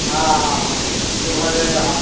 ହଁ ହଁ ହଁ ତୁ ଭଲରେ ରହ